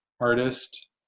artist